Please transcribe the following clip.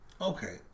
Okay